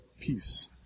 peace